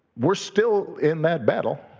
we're still in that battle.